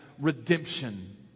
redemption